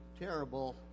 terrible